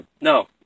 no